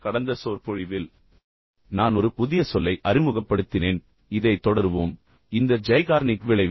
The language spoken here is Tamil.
கடந்த சொற்பொழிவில் நான் ஒரு புதிய சொல்லை அறிமுகப்படுத்தினேன் பின்னர் இதைத் தொடருவோம் இந்த ஜைகார்னிக் விளைவு